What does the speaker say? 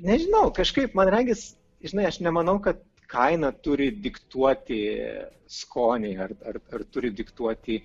nežinau kažkaip man regis žinai aš nemanau kad kaina turi diktuoti skoniai ar ar turi diktuoti